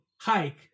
hike